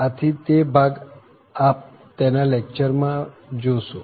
આથી તે ભાગ આપ તેના લેકચર માં જોશો